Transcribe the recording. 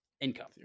income